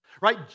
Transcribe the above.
right